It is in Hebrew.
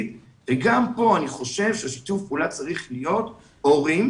וגם כאן אני חושב ששיתוף הפעולה צריך להיות הורים,